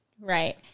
right